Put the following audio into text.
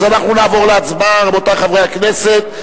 אנחנו נעבור להצבעה, רבותי חברי הכנסת.